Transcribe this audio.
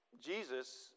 Jesus